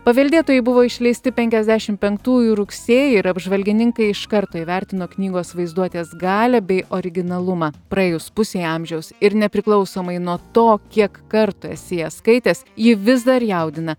paveldėtojai buvo išleisti penkiasdešim penktųjų rugsėjį ir apžvalgininkai iš karto įvertino knygos vaizduotės galią bei originalumą praėjus pusei amžiaus ir nepriklausomai nuo to kiek kartų esi ją skaitęs ji vis dar jaudina